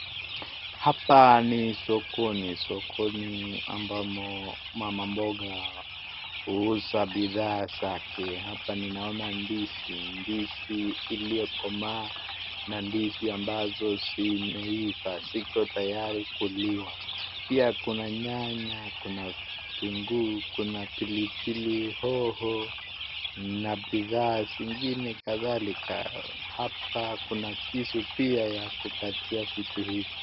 Hapa ni sokoni sokoni ambamo mama mboga huuza bidhaa zake. Hapa ninaona ndizi, ndizi iliyokomaa na ndizi ambazo zimeivaa ziko tayari kuliwa pia kuna nyanya kuna vitunguu kuna pilipili hoho na bidhaa zingine kadhalika. Hapa kuna kisu pia ya kukatia bidhaa hizi.